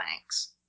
thanks